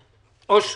אושרי,